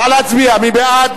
נא להצביע, מי בעד?